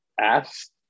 asked